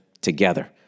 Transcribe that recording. together